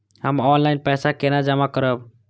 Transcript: हम ऑनलाइन पैसा केना जमा करब?